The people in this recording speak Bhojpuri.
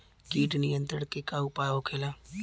कीट नियंत्रण के का उपाय होखेला?